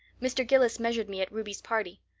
mr. gillis measured me at ruby's party.